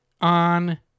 on